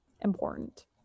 important